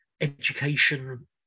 education